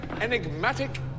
enigmatic